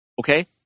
Okay